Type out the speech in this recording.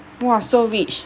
!wah! so rich